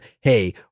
hey